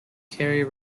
cary